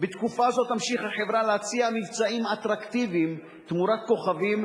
בתקופה זו תמשיך החברה להציע מבצעים אטרקטיביים תמורת כוכבים,